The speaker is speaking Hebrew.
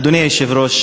אדוני היושב-ראש,